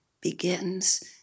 begins